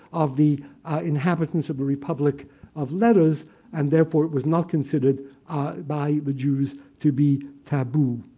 of the inhabitants of the republic of letters and, therefore, it was not considered by the jews to be taboo.